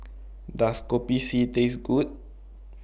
Does Kopi C Taste Good